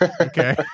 Okay